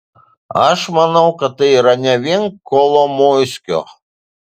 aš manau kad tai yra ne vien kolomoiskio